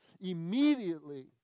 immediately